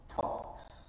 talks